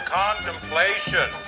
contemplation